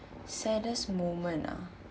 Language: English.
saddest moment uh